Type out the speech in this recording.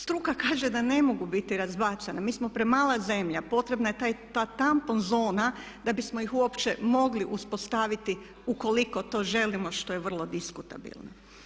Struka kaže da ne mogu biti razbacana, mi smo premala zemlja, potrebna je ta tampon zona da bismo ih uopće mogli uspostaviti ukoliko to želimo što je vrlo diskutabilno.